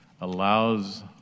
allows